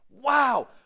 Wow